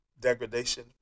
degradation